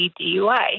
DUI